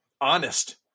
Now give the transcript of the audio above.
honest